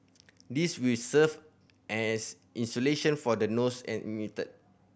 this will serve as insulation from the noise emitted